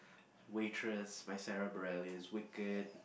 waitress by Sara-Bereilles wicked